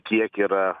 kiek yra